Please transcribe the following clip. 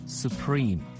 supreme